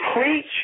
preach